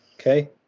Okay